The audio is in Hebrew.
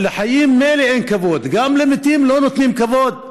לחיים, מילא, אין כבוד, גם למתים לא נותנים כבוד?